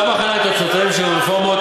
הוועדה בחנה את תוצאותיהן של רפורמות